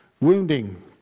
wounding